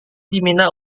diminta